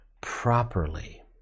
properly